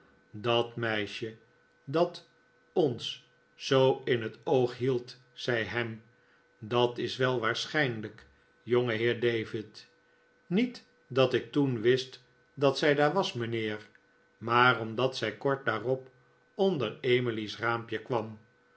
dat meisje dat ons zoo in het oog hield zei ham dat is wel waarschijnlijk jongeheer david niet dat ik toen wist dat zij daar was mijnheer maar omdat zij kort daar'op onder emily's raampje kwam